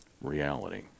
reality